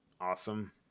awesome